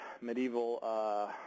medieval